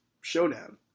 showdown